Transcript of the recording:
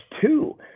two